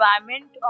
environment